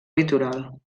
litoral